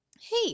hey